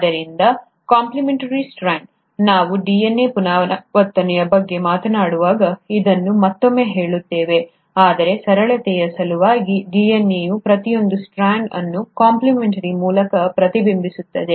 ಆದ್ದರಿಂದ complementary strand ನಾವು DNA ಪುನರಾವರ್ತನೆಯ ಬಗ್ಗೆ ಮಾತನಾಡುವಾಗ ಇದನ್ನು ಮತ್ತೊಮ್ಮೆ ಹೇಳುತ್ತೇವೆ ಆದರೆ ಸರಳತೆಯ ಸಲುವಾಗಿ DNAಯ ಪ್ರತಿಯೊಂದು ಸ್ಟ್ರಾಂಡ್ ಅದನ್ನು ಕಾಂಪ್ಲಿಮೆಂಟರಿ ಸ್ಟ್ರಾಂಡ್ ಮೂಲಕ ಪ್ರತಿಬಿಂಬಿಸುತ್ತದೆ